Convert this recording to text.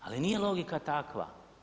Ali nije logika takva.